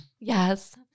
Yes